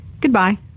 Goodbye